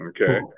Okay